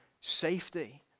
safety